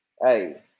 Hey